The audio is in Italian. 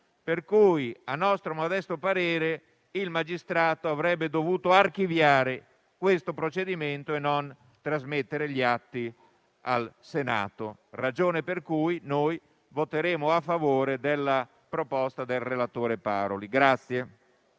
Pertanto, a nostro modesto parere, il magistrato avrebbe dovuto archiviare questo procedimento e non trasmettere gli atti al Senato. Ragione per cui noi voteremo a favore della proposta del relatore Paroli.